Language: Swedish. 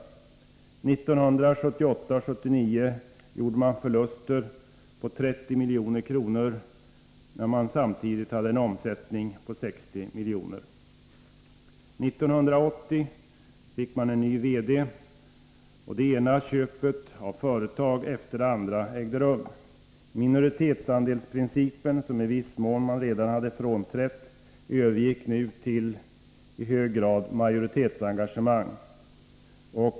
Åren 1978 och 1979 gjorde man förluster på 30 milj.kr., när man samtidigt hade en omsättning på 60 milj.kr. År 1980 fick man en ny VD, och det ena köpet av företag efter det andra ägde rum. Minoritetandelsprincipen, som man till viss del redan hade frångått, förändrades nu i hög grad till majoritetsengagemang.